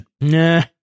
Nah